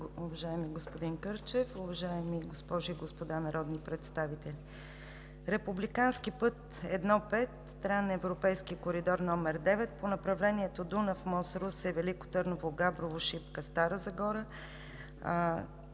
уважаеми господин Кърчев, уважаеми госпожи и господа народни представители! Републикански път I-5 – Трансевропейски коридор № 9 по направлението Дунав мост – Русе – Велико Търново – Габрово – Шипка – Стара Загора